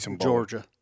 Georgia